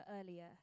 earlier